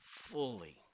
fully